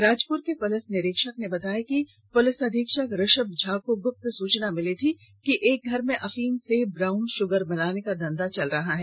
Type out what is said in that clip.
राजपुर के पुलिस निरीक्षक ने बताया कि पुलिस अधीक्षक ऋषभ झा को गुप्त सूचना मिली थी कि एक घर में अफीम से ब्राउन शूगर बनाने का धंधा चल रहा है